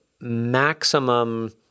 maximum